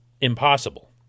impossible